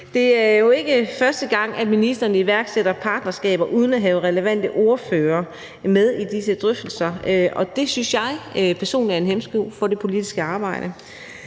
Det er jo ikke første gang, at ministeren iværksætter partnerskaber den at have relevante ordførere med i disse drøftelser, og det synes jeg personligt er en hæmsko for det politiske arbejde.